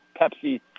Pepsi